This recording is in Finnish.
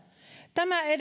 tämä